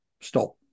stop